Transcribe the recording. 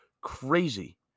Crazy